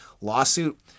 lawsuit